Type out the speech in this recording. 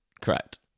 Correct